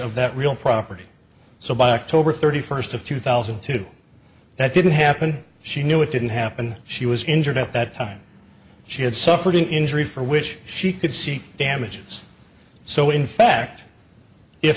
of that real property so by october thirty first of two thousand and two that didn't happen she knew it didn't happen she was injured at that time she had suffered an injury for which she could seek damages so in fact if